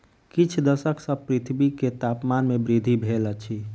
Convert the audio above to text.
किछ दशक सॅ पृथ्वी के तापमान में वृद्धि भेल अछि